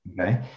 Okay